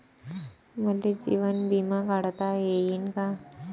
मले जीवन बिमा काढता येईन का?